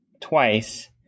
twice